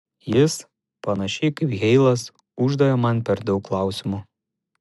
jis panašiai kaip heilas uždavė man per daug klausimų